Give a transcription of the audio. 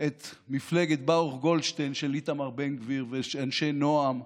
את מפלגת ברוך גולדשטיין של איתמר בן גביר ואנשי נעם,